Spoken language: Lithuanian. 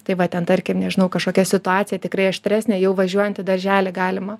tai va ten tarkim nežinau kažkokia situacija tikrai aštresnė jau važiuojant į darželį galima